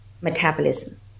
metabolism